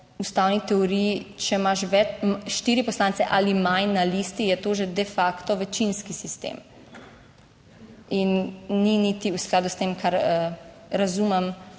po ustavni teoriji, če imaš štiri poslance ali manj na listi, je to že de facto večinski sistem in ni niti v skladu s tem, kar razumem,